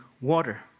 water